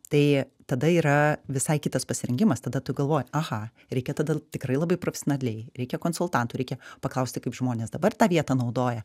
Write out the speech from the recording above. tai tada yra visai kitas pasirengimas tada tu galvoji aha reikia tada tikrai labai profesionaliai reikia konsultantų reikia paklausti kaip žmonės dabar tą vietą naudoja